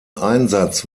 einsatz